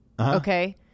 Okay